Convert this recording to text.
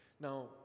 Now